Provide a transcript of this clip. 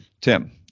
Tim